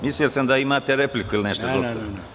Mislio sam da imate repliku ili nešto drugo.